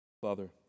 Father